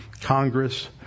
Congress